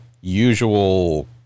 usual